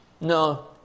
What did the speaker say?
no